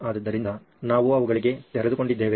ಆದ್ದರಿಂದ ನಾವು ಅವುಗಳಿಗೆ ತೆರೆದುಕೊಂಡಿದ್ದೇವೆ